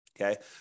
Okay